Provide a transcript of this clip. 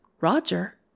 Roger